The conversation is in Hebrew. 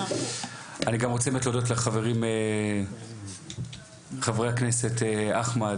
אני גם רוצה באמת להודות לחברי הכנסת אחמד